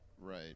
Right